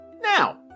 Now